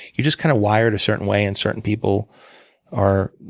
you're just kind of wired a certain way, and certain people are